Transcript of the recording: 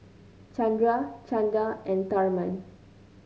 Chandra Chanda and Tharman